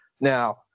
Now